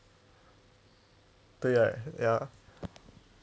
对 right ya